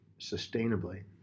sustainably